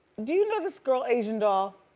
do you know this girl, asian doll,